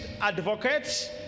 advocates